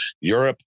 Europe